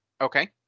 Okay